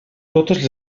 totes